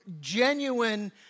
genuine